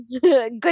Good